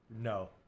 no